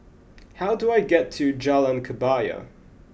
how do I get to Jalan Kebaya